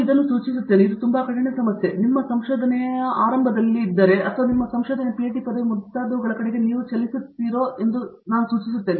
ಮೂರ್ತಿ ನಾನು ಸಹ ಸೂಚಿಸುತ್ತಿದ್ದೇನೆ ಇದು ತುಂಬಾ ಕಠಿಣ ಸಮಸ್ಯೆ ಆದರೆ ನಿಮ್ಮ ಸಂಶೋಧನೆಯ ಆರಂಭದಲ್ಲಿದೆ ಅಥವಾ ನಿಮ್ಮ ಸಂಶೋಧನೆ ಪಿಎಚ್ಡಿ ಪದವಿ ಮುಂತಾದವುಗಳ ಕಡೆಗೆ ನೀವು ಚಲಿಸುತ್ತೀರೋ ಎಂದು ಸಹ ನಾನು ಸೂಚಿಸುತ್ತೇನೆ